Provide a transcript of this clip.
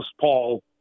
Paul